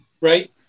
Right